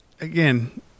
again